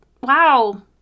Wow